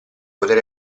poter